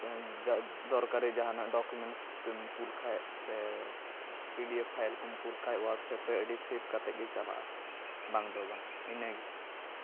ᱫᱚᱨᱠᱟᱨ ᱨᱮ ᱡᱟᱦᱟᱱᱟᱜ ᱰᱚᱠᱚᱢᱮᱱᱴᱥᱠᱚᱞ ᱠᱩᱞ ᱠᱷᱟᱡ ᱥᱮ ᱯᱤ ᱰᱤ ᱮᱯᱷ ᱯᱷᱟᱭᱤᱞᱠᱚᱧ ᱠᱩᱞ ᱠᱷᱟᱡ ᱳᱣᱟᱴᱥᱮᱯᱨᱮ ᱟᱹᱰᱤ ᱥᱮᱵᱷ ᱠᱟᱛᱮᱫ ᱜᱮ ᱪᱟᱞᱟᱜᱼᱟ ᱵᱟᱝᱫᱚ ᱵᱟᱝ ᱤᱱᱟᱹᱜᱮ